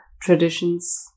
traditions